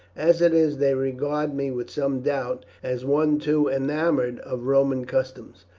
as it is, they regard me with some doubt, as one too enamoured of roman customs.